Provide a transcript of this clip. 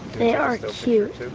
they are cute